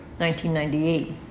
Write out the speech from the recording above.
1998